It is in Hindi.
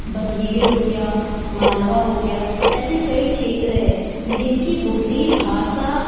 बघेली हो गया मालवा हो गया ऐसे कई क्षेत्र हैं जिनकी बोली भाषा